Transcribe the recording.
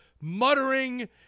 muttering